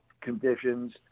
conditions